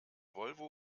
volvo